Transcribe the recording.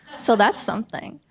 so that's something.